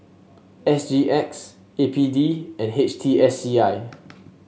S G X A P D and H T S C I